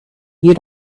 you